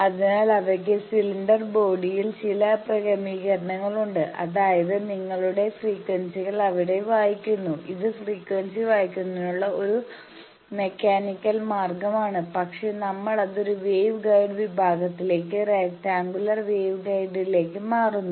അതിനാൽ അവക്ക് സിലിണ്ടർ ബോഡിയിൽ ചില ക്രമികരണം ഉണ്ട് അതായത് നിങ്ങളുടെ ഫ്രീക്വൻസികൾ അവിടെ വായിക്കുന്നു ഇത് ഫ്രീക്വൻസി വായിക്കുന്നതിനുള്ള ഒരു മെക്കാനിക്കൽ മാർഗമാണ് പക്ഷേ നമ്മൾ അത് ഒരു വേവ് ഗൈഡ് വിഭാഗത്തിലേക്ക് റെക്റ്റാങ്കുലർ വേവ് ഗൈഡിലേക്ക് കൈമാറുന്നു